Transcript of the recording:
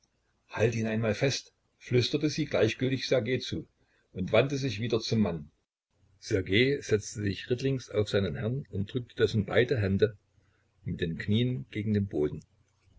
halt ihn einmal fest flüsterte sie gleichgültig ssergej zu und wandte sich wieder zum mann ssergej setzte sich rittlings auf seinen herrn und drückte dessen beide hände mit den knien gegen den boden